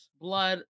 blood